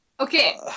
Okay